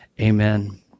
Amen